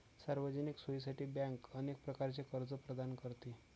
सार्वजनिक सोयीसाठी बँक अनेक प्रकारचे कर्ज प्रदान करते